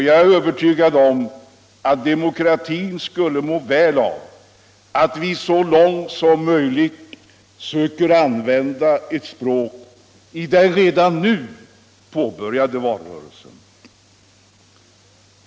Jag är övertygad om att demokratin skulle må väl av att vi så långt som möjligt söker använda detta språk även i den redan nu påbörjade Allmänpolitisk debatt Allmänpolitisk debatt valrörelsen inför kommande val.